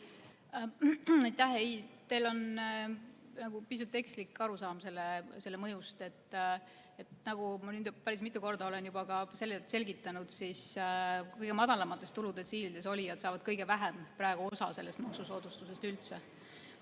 Teil on pisut ekslik arusaam selle mõjust. Nagu ma päris mitu korda olen juba selgitanud, siis kõige madalamates tuludetsiilides olijad saavad praegu kõige vähem üldse sellest maksusoodustusest osa.